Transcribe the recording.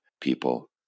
people